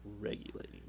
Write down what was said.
regulating